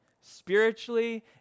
spiritually